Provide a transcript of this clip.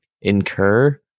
incur